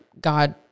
god